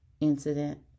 incident